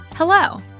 Hello